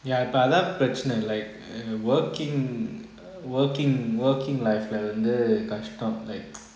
ya இப்போ அதன் பிரச்னை:ipo athan prechana like um working working working life lah வந்து ரொம்ப கஷ்டம்:vanthu romba kastam